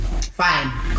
fine